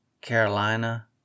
Carolina